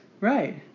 Right